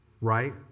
Right